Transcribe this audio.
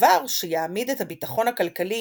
דבר שיעמיד את הביטחון הכלכלי